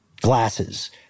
glasses